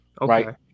right